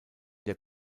der